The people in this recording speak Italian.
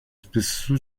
spesso